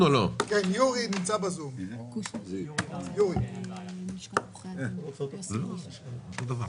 שתמונת המצב נראית כאילו מדובר על כסף לאוצר,